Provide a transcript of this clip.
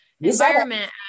environment